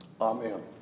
Amen